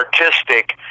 artistic